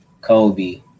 Kobe